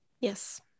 Yes